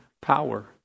power